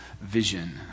vision